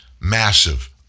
massive